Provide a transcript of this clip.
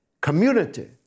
community